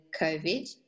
COVID